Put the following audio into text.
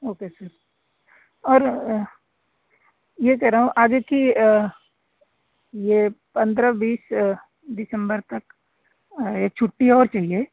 okay sir और ये कह रहा हूँ आगे की ये पंद्रह बीस दिसंबर तक एक छुट्टी और चाहिए